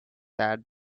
that